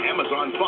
Amazon